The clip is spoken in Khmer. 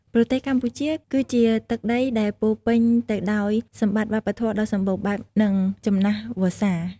ប្រទេសកម្ពុជា គឺជាទឹកដីដែលពោរពេញទៅដោយសម្បត្តិវប្បធម៌ដ៏សម្បូរបែប និងចំណាស់វស្សា។